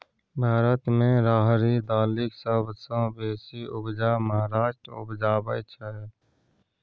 भारत मे राहरि दालिक सबसँ बेसी उपजा महाराष्ट्र उपजाबै छै